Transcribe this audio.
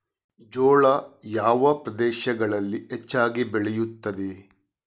ಜೋಳ ಯಾವ ಪ್ರದೇಶಗಳಲ್ಲಿ ಹೆಚ್ಚಾಗಿ ಬೆಳೆಯುತ್ತದೆ?